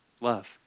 Love